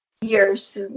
years